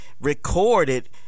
recorded